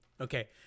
Okay